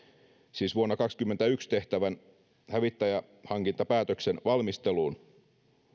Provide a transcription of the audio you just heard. siis vuonna kaksikymmentäyksi tehtävän hävittäjähankintapäätöksen valmisteluun